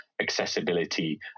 accessibility